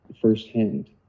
firsthand